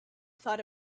thought